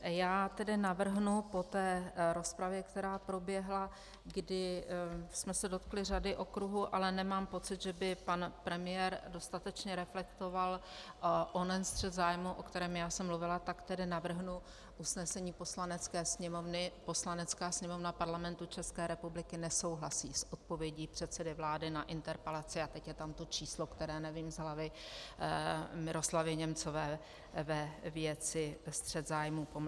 Já tedy po té rozpravě, která proběhla, kdy jsme se dotkli řady okruhů, ale nemám pocit, že by pan premiér dostatečně reflektoval onen střet zájmů, o kterém já jsem mluvila, navrhnu usnesení Poslanecké sněmovny: Poslanecká sněmovna Parlamentu České republiky nesouhlasí s odpovědí předsedy vlády na interpelaci a teď je tam to číslo, které nevím z hlavy Miroslavy Němcové ve věci střet zájmů Agrofert.